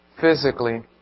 physically